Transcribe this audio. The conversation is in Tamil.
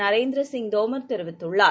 நரேந்திரசிங் தோமர் தெரிவித்துள்ளார்